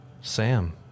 Sam